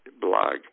blog